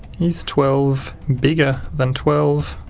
is twelve bigger than twelve?